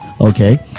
okay